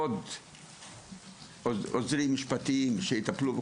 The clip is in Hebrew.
עוד עוזרים משפטיים שיטפלו,